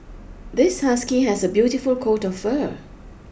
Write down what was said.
this husky has a beautiful coat of fur